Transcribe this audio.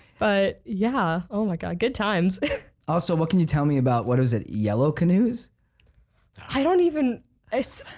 but yeah, oh my god good times also. what can you tell me about? what is it yellow canoes i? don't even i so